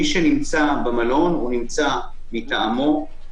מי שנמצא במלון, נמצא מטעמו.